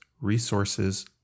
resources